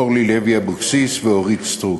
אורלי לוי אבקסיס ואורית סטרוק.